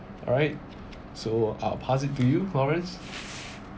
alright so I'll pass it you lawrence